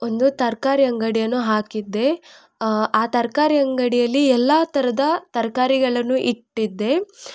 ಒಂದು ತರಕಾರಿ ಅಂಗಡಿಯನ್ನು ಹಾಕಿದ್ದೆ ಆ ತರಕಾರಿ ಅಂಗಡಿಯಲ್ಲಿ ಎಲ್ಲ ಥರದ ತರಕಾರಿಗಳನ್ನು ಇಟ್ಟಿದ್ದೆ